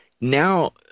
now